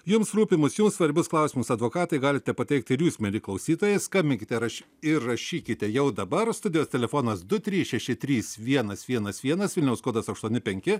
jums rūpimus jums svarbius klausimus advokatei galite pateikti ir jūs mieli klausytojai skambinkite raš ir rašykite jau dabar studijos telefonas du trys šeši trys vienas vienas vienas vilniaus kodas aštuoni penki